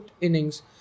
innings